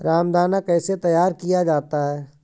रामदाना कैसे तैयार किया जाता है?